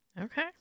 Okay